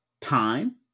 time